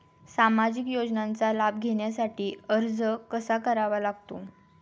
सामाजिक योजनांचा लाभ घेण्यासाठी अर्ज कसा करावा लागतो?